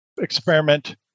experiment